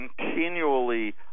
continually